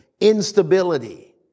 instability